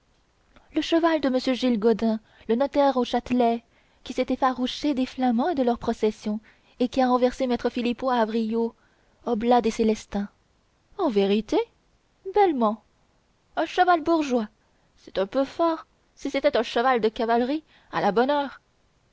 le cheval de m gilles godin le notaire au châtelet qui s'est effarouché des flamands et de leur procession et qui a renversé maître philippot avrillot oblat des célestins en vérité bellement un cheval bourgeois c'est un peu fort si c'était un cheval de cavalerie à la bonne heure